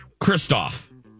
Kristoff